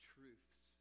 truths